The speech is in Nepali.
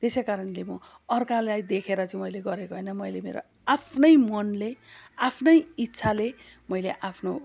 त्यसैकारणले म अर्कालाई देखेर चाहिँ मैले गरेको होइन मैले मेरो आफ्नै मनले आफ्नै इच्छाले मैले आफ्नो